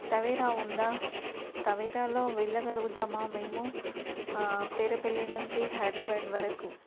Tavera ఉందా తవేరాలో వెళ్ళగలుగుతామా మేము పేరుపల్లి నుంచి హైడ్రాబ్యాడ్ వరకు